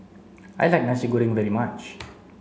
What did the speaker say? I like Nasi Goreng very much